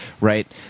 right